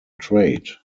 trade